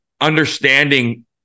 understanding